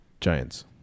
giants